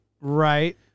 Right